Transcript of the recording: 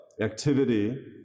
activity